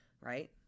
right